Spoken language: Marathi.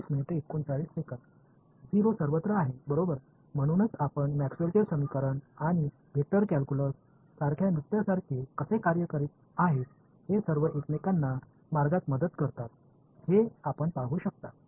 0 सर्वत्र आहे बरोबर म्हणूनच आपण मॅक्सवेलचे समीकरण आणि वेक्टर कॅल्क्यूलस सारख्या नृत्यासारखे कसे कार्य करीत आहेत हे सर्व एकमेकांना मार्गात मदत करतात हे आपण पाहू शकता